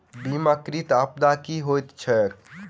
बीमाकृत आपदा की होइत छैक?